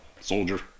Soldier